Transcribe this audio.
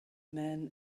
man